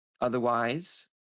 Otherwise